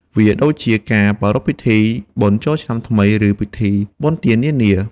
វាដូចជាការប្រារព្ធពិធីបុណ្យចូលឆ្នាំថ្មី ឬពិធីបុណ្យទាននានា។